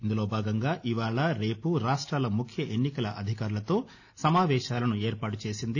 ఇందులో భాగంగా ఇవాళ రేపు రాష్ట్రాల ముఖ్య ఎన్నికల అధికారులతో సమావేశాలను ఏర్పాటు చేసింది